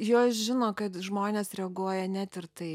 jos žino kad žmonės reaguoja net ir tai